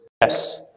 Yes